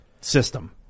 system